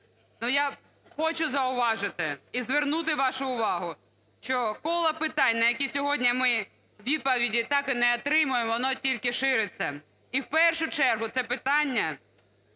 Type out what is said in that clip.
я хочу зауважити і звернути вашу увагу, що коло питань, на які сьогодні ми відповіді так і отримаєм, воно тільки шириться. І в першу чергу, це питання